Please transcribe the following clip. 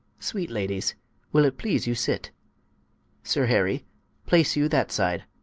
sweet ladies will it please you sit sir harry place you that side,